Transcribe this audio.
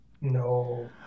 no